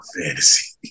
Fantasy